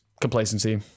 complacency